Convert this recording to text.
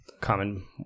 common